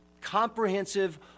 comprehensive